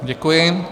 Děkuji.